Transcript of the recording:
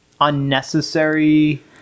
unnecessary